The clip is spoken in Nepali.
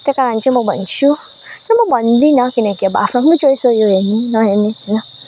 त्यही कारण चाहिँ म भन्छु र म भन्दिनँ किनकि अब आफ्नो आफ्नो चोइस हो यो हेर्ने नहेर्ने होइन